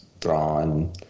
drawn